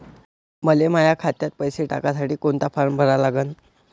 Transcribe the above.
मले माह्या खात्यात पैसे टाकासाठी कोंता फारम भरा लागन?